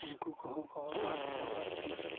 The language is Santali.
ᱩᱱᱠᱩ ᱠᱚᱦᱚᱸ ᱠᱚ ᱟᱫ ᱪᱟᱵᱟᱜ ᱠᱟᱱᱟ